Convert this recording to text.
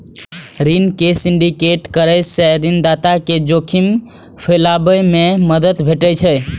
ऋण के सिंडिकेट करै सं ऋणदाता कें जोखिम फैलाबै मे मदति भेटै छै